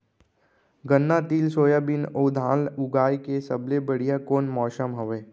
गन्ना, तिल, सोयाबीन अऊ धान उगाए के सबले बढ़िया कोन मौसम हवये?